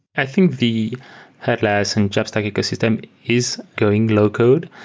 i think the headless and jamstack ecosystem is going low code,